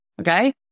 okay